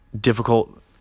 difficult